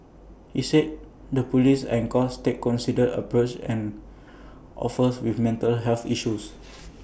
he said the Police and courts take considered approach an offers with mental health issues